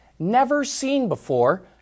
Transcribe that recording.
never-seen-before